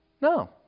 No